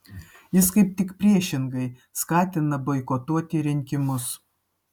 jis kaip tik priešingai skatina boikotuoti rinkimus